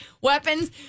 weapons